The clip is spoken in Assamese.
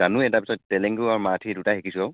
জানোৱেই তাৰপিছত তেলেগু মাৰাঠী দুয়োটাই শিকিছোঁ